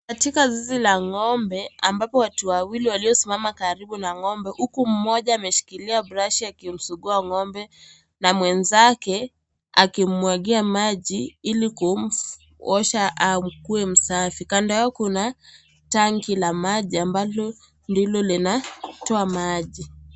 Ni katika zizi la ng'ombe, ambapo watu wawili waliosimama karibu na ng'ombe huku mmoja akiwa ameshikilia brashi akimsugua ng'ombe na mwenzake akimwagia maji, ili kumwosha akuwe msafi. Kando yao, kuna tanki la maji ambalo ndilo linatoa maji.